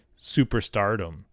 superstardom